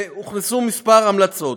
והוכנסו כמה המלצות.